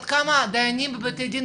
עד כמה דיינים בבתי דין,